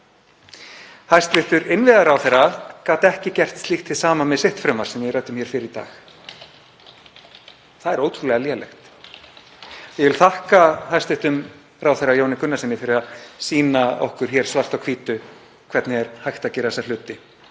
Hæstv. innviðaráðherra gat ekki gert slíkt hið sama með sitt frumvarp sem við ræddum hér fyrr í dag. Það er ótrúlega lélegt. Ég vil þakka hæstv. ráðherra Jóni Gunnarssyni fyrir að sýna okkur svart á hvítu hvernig hægt er að gera þessa hluti